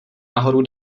nahoru